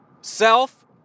Self